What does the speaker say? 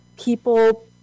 people